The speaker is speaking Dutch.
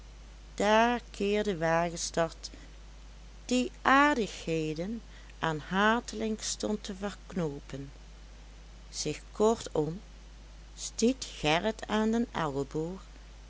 daar keerde wagestert die aardigheden aan hateling stond te verknopen zich kort om stiet gerrit aan den elleboog